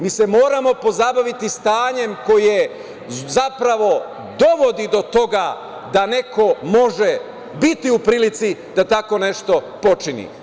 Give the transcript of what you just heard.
Mi se moramo pozabaviti stanjem koje zapravo dovodi do toga da neko može biti u prilici da tako nešto počini.